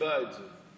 גיבה את זה,